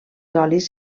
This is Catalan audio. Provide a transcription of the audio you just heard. olis